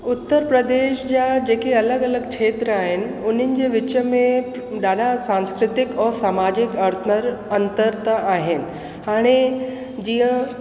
उत्तर प्रदेश जा जेके अलॻि अलॻि खेत्र आहिनि उन्हनि जे विच में ॾाढा सांस्कृतिक और समाजिक अर्तर अंतर त आहिनि हाणे जीअं